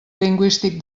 lingüístic